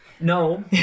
No